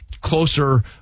closer